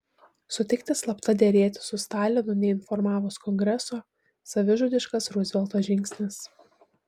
sutikti slapta derėtis su stalinu neinformavus kongreso savižudiškas ruzvelto žingsnis